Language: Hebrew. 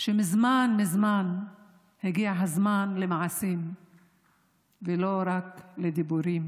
שמזמן מזמן הגיע הזמן למעשים ולא רק לדיבורים,